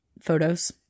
photos